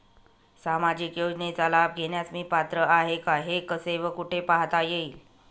सामाजिक योजनेचा लाभ घेण्यास मी पात्र आहे का हे कसे व कुठे पाहता येईल?